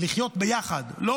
לחיות ביחד, לא